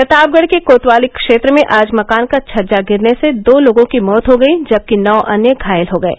प्रतापगढ़ के कोतवाली क्षेत्र में आज मकान का छज्जा गिरने से दो लोगों की मौत हो गई जबकि नौ अन्य घायल हो गये